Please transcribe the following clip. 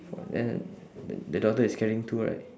four then the the daughter is carrying two right